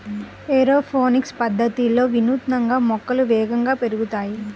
aeroponics పద్ధతిలో వినూత్నంగా మొక్కలు వేగంగా పెరుగుతాయి